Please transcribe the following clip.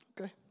Okay